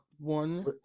One